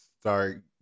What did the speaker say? start